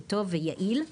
טוב ויעיל.